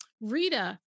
Rita